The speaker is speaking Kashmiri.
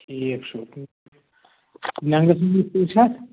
ٹھیٖک چھُ لینٛگٕتھ وِڈٕت کٍژ چھِ اتھ